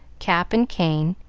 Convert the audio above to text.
cap, and cane,